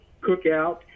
cookout